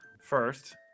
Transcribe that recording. first